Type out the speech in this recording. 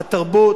התרבות,